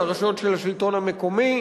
על הרשויות של השלטון המקומי.